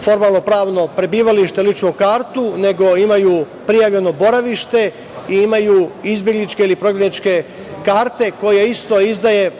formalnopravno prebivalište, ličnu kartu, nego imaju prijavljeno boravište i imaju izbegličke ili prognaničke karte koje isto izdaje